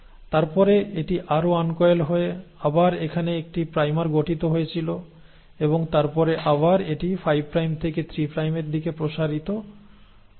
তারপরে এটি আরও আনকয়েল হয়ে আবার এখানে একটি প্রাইমার গঠিত হয়েছিল এবং তারপরে আবার এটি 5 প্রাইম থেকে 3 প্রাইমের দিকে প্রসারিত করতে হয়েছিল